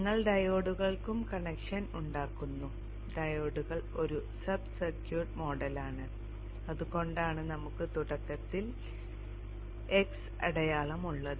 നിങ്ങൾ ഡയോഡുകൾക്കും കണക്ഷൻ ഉണ്ടാക്കുന്നു ഡയോഡുകൾ ഒരു സബ് സർക്യൂട്ട് മോഡലാണ് അതുകൊണ്ടാണ് നമുക്ക് തുടക്കത്തിൽ x അടയാളം ഉള്ളത്